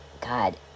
God